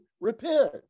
repent